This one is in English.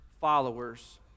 followers